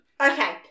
okay